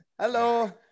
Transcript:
Hello